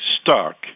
stuck